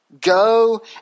Go